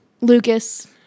Lucas